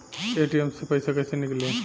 ATM से पैसा कैसे नीकली?